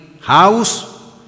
house